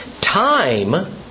time